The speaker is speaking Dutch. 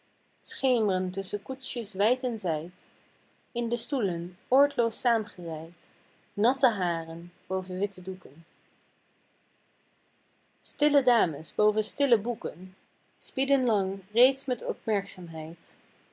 tusschen koetsjes wijd en zijd in de stoelen ordloos saamgereid natte haren boven witte doeken stille dames boven stille boeken spieden lang reeds met